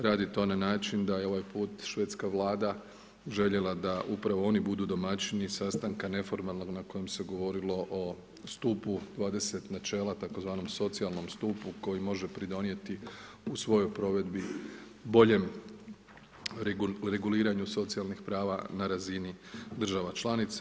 Radi to na način da je ovaj put švedska Vlada željela da upravo oni budu domaćini sastanka neformalnog na kojem se govorilo o stupu 20 načela, tzv. socijalnom stupu koji može pridonijeti u svojoj provedbi boljem reguliranju socijalnih prava na razini država članica.